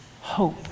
hope